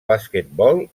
basquetbol